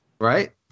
Right